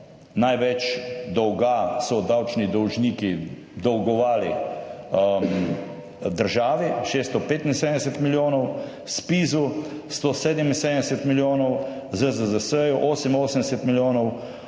Največ dolga so davčni dolžniki dolgovali državi 675 milijonov, ZPIZ 177 milijonov, ZZZS 88 milijonov,